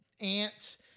Ants